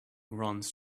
runs